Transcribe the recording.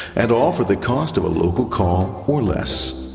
and all for the cost of a local call or less.